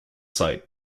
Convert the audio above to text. site